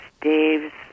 Dave's